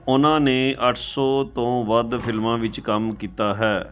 ਉਹਨਾਂ ਨੇ ਅੱਠ ਸੌ ਤੋਂ ਵੱਧ ਫ਼ਿਲਮਾਂ ਵਿੱਚ ਕੰਮ ਕੀਤਾ ਹੈ